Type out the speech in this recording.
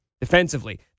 defensively